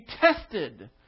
tested